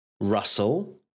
russell